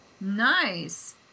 Nice